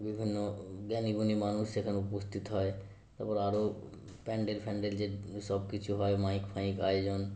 বিভিন্ন জ্ঞানীগুণী মানুষ সেখানে উপস্থিত হয় তারপর আরো প্যান্ডেল ফ্যান্ডেল যে সব কিছু হয় মাইক ফাইক আয়োজন